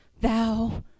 thou